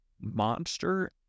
monster